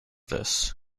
this